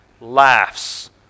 Laughs